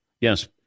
Yes